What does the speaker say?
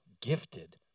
gifted